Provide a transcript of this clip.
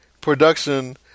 production